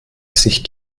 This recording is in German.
sich